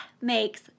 makes